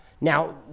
Now